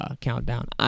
countdown